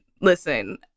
listen